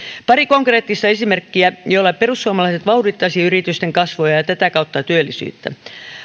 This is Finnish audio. pari konkreettista esimerkkiä joilla perussuomalaiset vauhdittaisivat yritysten kasvua ja ja tätä kautta työllisyyttä